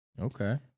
Okay